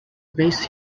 raised